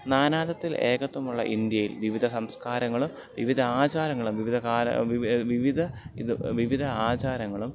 നാനാത്വത്തിൽ ഏകത്വമുള്ള ഇന്ത്യയിൽ വിവിധ സംസ്കാരങ്ങളും വിവിധ ആചാരങ്ങളും വിവിധ കാല വിവിധ ഇത് വിവിധ ആചാരങ്ങളും